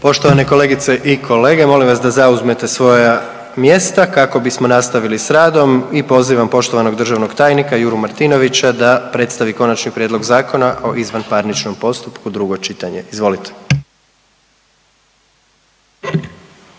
Poštovane kolegice i kolege, molim vas da zauzmete svoja mjesta kako bismo nastavili s radom i pozivam poštovanog državnog tajnika Juru Martinovića da predstavi Konačni prijedlog Zakona o izvanparničnom postupku, drugo čitanje, izvolite.